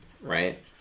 right